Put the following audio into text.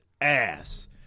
ass